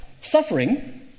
suffering